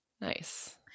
Nice